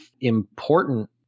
important